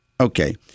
Okay